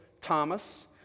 Thomas